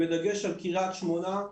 בדגש על קריית שמונה.